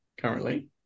currently